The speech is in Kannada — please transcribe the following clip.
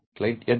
ಕ್ಲೈಂಟ್ ಯಂತ್ರ